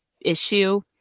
issue